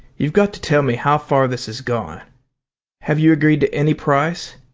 you've got to tell me how far this is gone have you agreed to any price?